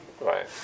Right